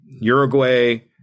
Uruguay